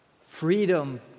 Freedom